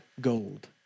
gold